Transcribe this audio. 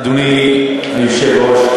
אדוני היושב-ראש,